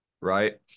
right